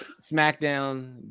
Smackdown